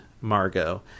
Margot